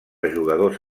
jugadors